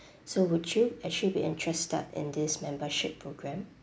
so would you actually be interested in this membership programme